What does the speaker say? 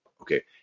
okay